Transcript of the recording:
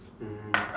mm